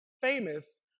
famous